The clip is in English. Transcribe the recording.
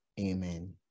amen